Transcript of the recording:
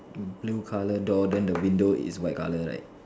blue colour door then the window is white colour right